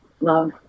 love